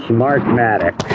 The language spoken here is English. Smartmatic